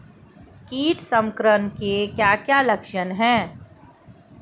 कीट संक्रमण के क्या क्या लक्षण हैं?